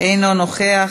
אינו נוכח.